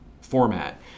format